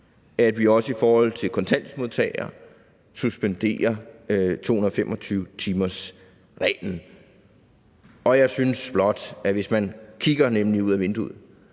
at vi også i forhold til kontanthjælpsmodtagere suspenderer 225-timersreglen. Jeg synes blot, at det, hvis man kigger ud ad vinduet,